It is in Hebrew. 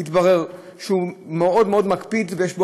התברר שהוא מאוד מאוד מקפיד ויש לו